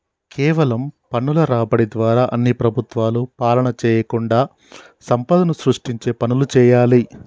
కేవలం పన్నుల రాబడి ద్వారా అన్ని ప్రభుత్వాలు పాలన చేయకుండా సంపదను సృష్టించే పనులు చేయాలి